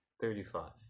Thirty-five